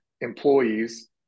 employees